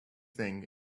thing